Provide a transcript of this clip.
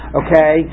okay